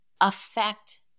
affect